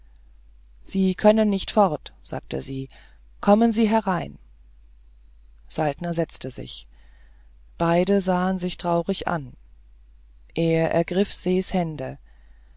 sie können nicht fort sagte sie kommen sie herein saltner setzte sich beide sahen sich traurig an er ergriff ses hände